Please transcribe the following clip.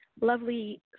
lovely